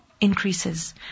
increases